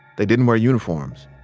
they didn't wear uniforms.